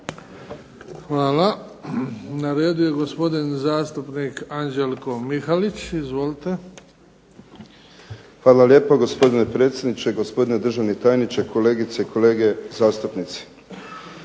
Hvala. Na redu je gospodin zastupnik Anđelko Mihalić. Izvolite. **Mihalić, Anđelko (HDZ)** Hvala lijepo gospodine predsjedniče, gospodine državni tajniče, kolegice i kolege zastupnici.